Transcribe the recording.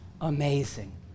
amazing